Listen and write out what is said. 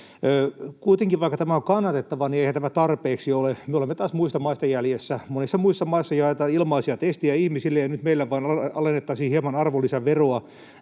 Kuitenkin vaikka tämä on kannatettava, niin eihän tämä tarpeeksi ole. Me olemme taas muista maista jäljessä. Monissa muissa maissa jaetaan ilmaisia testejä ihmisille, ja nyt meillä vain alennettaisiin hieman arvonlisäveroa